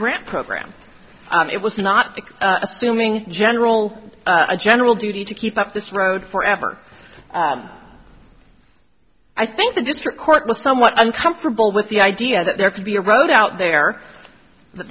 grant program it was not assuming general a general duty to keep up this road forever i think the district court was somewhat uncomfortable with the idea that there could be a road out there